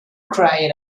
cried